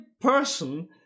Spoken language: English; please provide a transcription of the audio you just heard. person